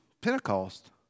Pentecost